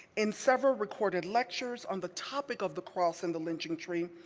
in several recorded lectures on the topic of the cross and the lynching tree,